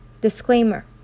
Disclaimer